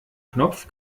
knopf